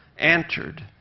entered